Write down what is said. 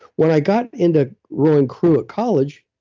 when i got into rowing crew at college,